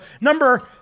number